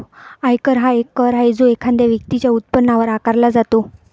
आयकर हा एक कर आहे जो एखाद्या व्यक्तीच्या उत्पन्नावर आकारला जातो